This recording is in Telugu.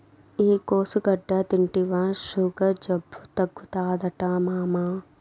ఈ కోసుగడ్డ తింటివా సుగర్ జబ్బు తగ్గుతాదట మామా